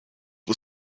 for